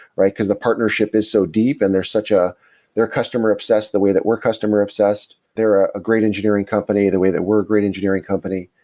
right? because the partnership is so deep and there's such a they're customer obsessed the way that we're customer obsessed. they're ah a great engineering company the way that we're a great engineering company.